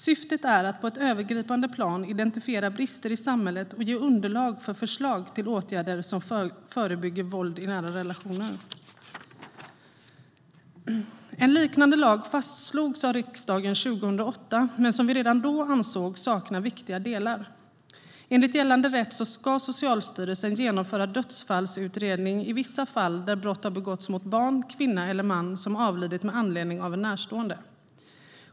Syftet är att på ett övergripande plan identifiera brister i samhället och ge underlag för förslag till åtgärder som förebygger våld i nära relationer. En liknande lag fastslogs av riksdagen 2008. Men vi ansåg redan då att den saknade viktiga delar. Enligt gällande rätt ska Socialstyrelsen genomföra dödsfallsutredning i vissa fall där brott har begåtts mot barn, kvinna eller man som avlidit med anledning av en närstående.